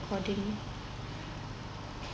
recording